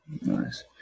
Nice